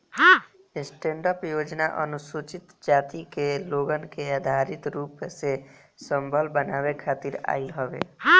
stand up योजना अनुसूचित जाति के लोगन के आर्थिक रूप से संबल बनावे खातिर आईल हवे